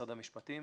למשרד המשפטים.